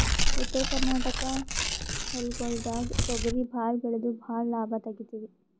ಉತ್ತರ ಕರ್ನಾಟಕ ಹೊಲ್ಗೊಳ್ದಾಗ್ ತೊಗರಿ ಭಾಳ್ ಬೆಳೆದು ಭಾಳ್ ಲಾಭ ತೆಗಿತೀವಿ